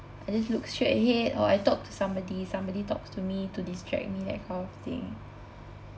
I just look straight ahead or I talk to somebody somebody talks to me to distract me that kind of thing